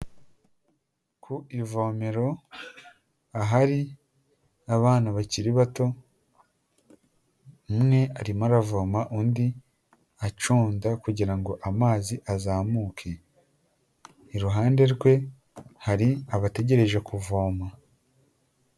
ku ivomero ahari abana bakiri bato umwe arimo aravoma undi acunda kugira ngo amazi azamuke iruhande rwe hari abategereje kuvoma.